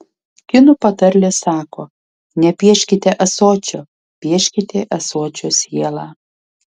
kinų patarlė sako nepieškite ąsočio pieškite ąsočio sielą